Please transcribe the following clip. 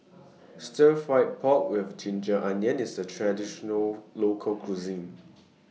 Stir Fry Pork with Ginger Onions IS A Traditional Local Cuisine